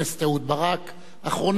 אחרונת הדוברים,